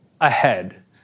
ahead